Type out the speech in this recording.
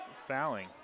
Fouling